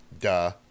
Duh